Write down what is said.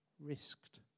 risked